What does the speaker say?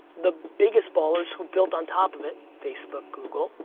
the biggest ballers who built on top of it, facebook, google,